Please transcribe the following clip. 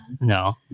No